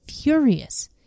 furious